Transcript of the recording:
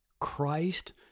Christ